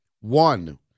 One